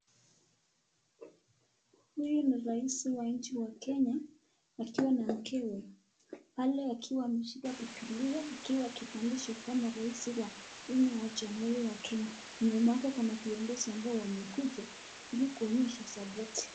Huyu ni rais wa nchi ya kenya wakiwa na mkewe pale akiwa ameshika bibilia ikiwa kibandishi kama rais wa nne wa jamuhuri ya kenya nyuma yake kuna viongozi ambao wamekuja ili kuonyesha sapoti.